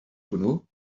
hwnnw